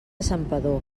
santpedor